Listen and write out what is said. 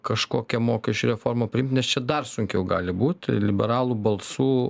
kažkokią mokesčių reformą priimt nes čia dar sunkiau gali būt liberalų balsų